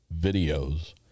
videos